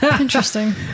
Interesting